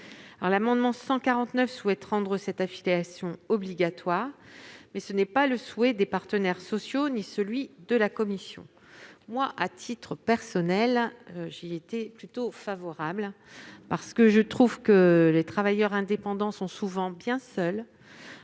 L'amendement n° 149 vise à rendre cette affiliation obligatoire. Or ce n'est le souhait ni des partenaires sociaux ni de la commission. À titre personnel, j'y étais plutôt favorable, parce que je trouve que les travailleurs indépendants sont souvent bien seuls,